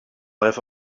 have